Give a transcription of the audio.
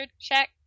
check